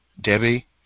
Debbie